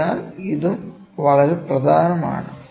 അതിനാൽ ഇതും വളരെ പ്രധാനമാണ്